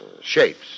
shapes